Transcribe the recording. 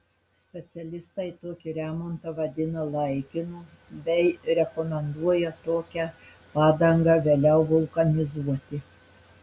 specialistai tokį remontą vadina laikinu bei rekomenduoja tokią padangą vėliau vulkanizuoti